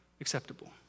acceptable